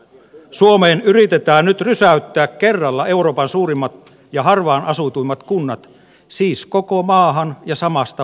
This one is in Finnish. suomeen yritetään nyt rysäyttää kerralla euroopan suurimmat ja harvaan asutuimmat kunnat siis koko maahan ja samasta muotista